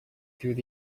through